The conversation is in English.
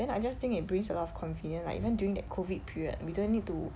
then I just think it brings a lot of convenient like even during that COVID period we don't need to